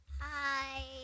Hi